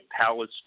palace